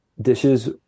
dishes